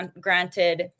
granted